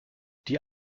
die